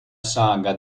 saga